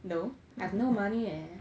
no I have no money eh